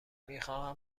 میخواهند